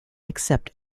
except